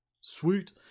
Sweet